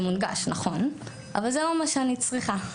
זה מונגש נכון אבל זה לא מה שאני צריכה,